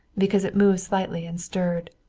because it moved slightly and stirred.